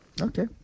Okay